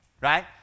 right